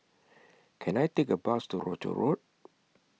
Can I Take A Bus to Rochor Road